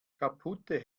kaputte